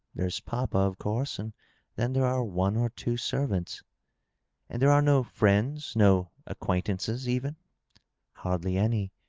there's papa, of course, and then there are one or two servants and there are no friends, no acquaintances, even hardly any.